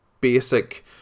basic